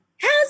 How's